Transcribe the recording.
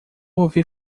ouvir